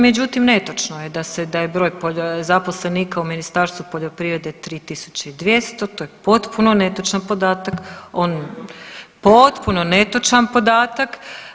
Međutim netočno je da je broj zaposlenika u Ministarstvu poljoprivredne 3.200 to je potpuno netočan podatak, on, potpuno netočan podatak.